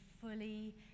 fully